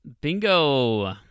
Bingo